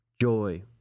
joy